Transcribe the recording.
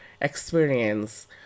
experience